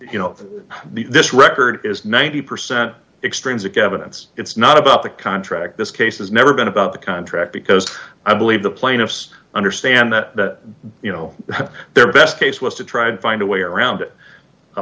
you know this record is ninety percent extremes of evidence it's not about the contract this case has never been about the contract because i believe the plaintiffs understand that you know their best case was to try and find a way around